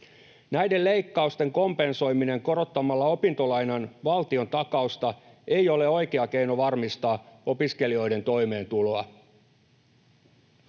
Näiden leikkausten kompensoiminen korottamalla opintolainan valtiontakausta ei ole oikea keino varmistaa opiskelijoiden toimeentuloa.